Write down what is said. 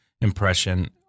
impression